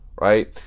Right